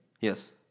Yes